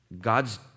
God's